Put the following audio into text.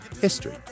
History